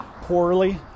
poorly